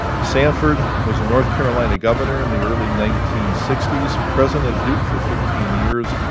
sanford was a north carolina governor in the early nineteen sixty s, president of duke for fifteen years,